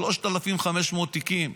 ל-3,500 תיקים.